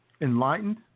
enlightened